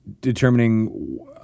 determining